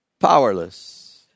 Powerless